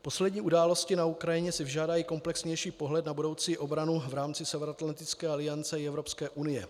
Poslední události na Ukrajině si vyžádají komplexnější pohled na budoucí obranu v rámci Severoatlantické aliance i Evropské unie.